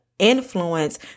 influence